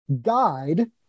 guide